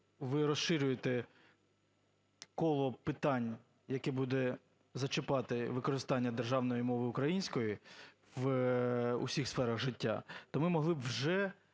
ви розширюєте коло питань, яке буде зачіпати використання державної мови української в усіх сферах життя, то ми могли б вже